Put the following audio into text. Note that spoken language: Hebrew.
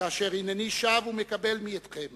כאשר הנני שב ומקבל מידכם